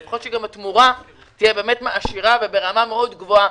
שלפחות התמורה תהיה מעשירה וברמה גבוהה.